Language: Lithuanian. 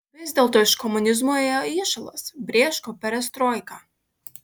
vis dėlto iš komunizmo ėjo įšalas brėško perestroika